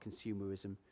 consumerism